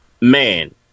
Man